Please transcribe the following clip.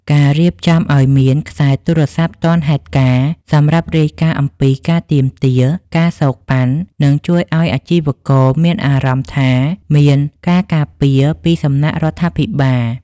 ការរៀបចំឱ្យមាន "ខ្សែទូរស័ព្ទទាន់ហេតុការណ៍" សម្រាប់រាយការណ៍អំពីការទាមទារ ការសូកប៉ាន់ នឹងជួយឱ្យអាជីវករមានអារម្មណ៍ថាមានការការពារពីសំណាក់រដ្ឋាភិបាល។